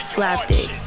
Slapdick